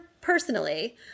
personally